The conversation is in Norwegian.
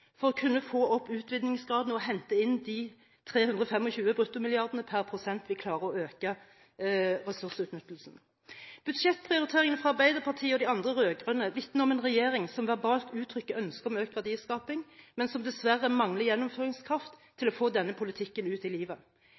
for å kunne få opp utvinningsgraden og hente inn de 325 bruttomilliardene per prosent som vi klarer å øke ressursutnyttelsen. Budsjettprioriteringene fra Arbeiderpartiet og de andre rød-grønne partiene vitner om en regjering som verbalt uttrykker ønske om økt verdiskaping, men som dessverre mangler gjennomføringskraft til å føre denne politikken ut i livet.